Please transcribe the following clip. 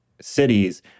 cities